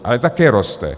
Ale taky roste.